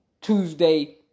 Tuesday